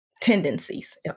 tendencies